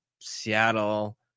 Seattle